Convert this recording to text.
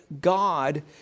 God